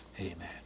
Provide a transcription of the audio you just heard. Amen